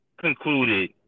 concluded